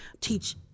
teach